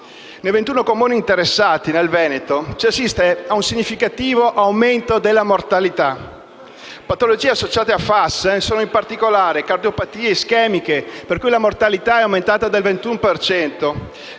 Nei 21 Comuni interessati nel Veneto si assiste ad un significativo aumento della mortalità. Le patologie associate ai PFAS sono in particolare le cardiopatie ischemiche, per cui la mortalità è aumentata del 21